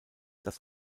das